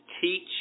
teach